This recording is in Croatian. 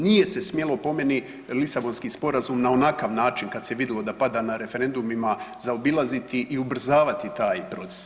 Nije se smjelo po meni Lisabonski sporazum na onakav način kada se vidjelo da pada na referendumima zaobilaziti i ubrzavati taj proces.